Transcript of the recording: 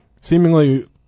seemingly